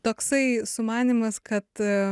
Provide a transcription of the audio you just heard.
toksai sumanymas kad